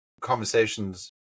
conversations